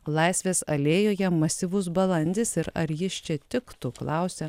laisvės alėjoje masyvus balandis ir ar jis čia tiktų klausia